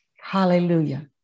Hallelujah